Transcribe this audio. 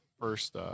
first